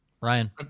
Ryan